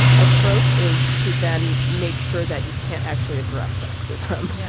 approach is to then make sure that you can't actually address sexism. yeah